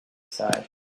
side